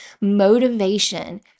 motivation